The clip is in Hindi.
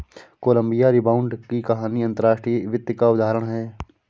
कोलंबिया रिबाउंड की कहानी अंतर्राष्ट्रीय वित्त का उदाहरण है